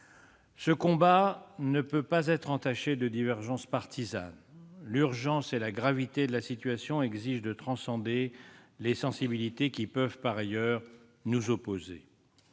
Ce combat ne saurait être entaché de divergences partisanes : l'urgence et la gravité de la situation exigent de transcender les sensibilités politiques qui peuvent, par ailleurs, nous opposer.